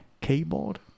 keyboard